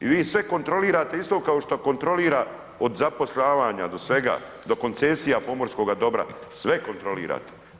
I vi sve kontrolirate isto kao što kontrolira od zapošljavanja do svega, do koncesija pomorskoga dobra, sve kontrolirate.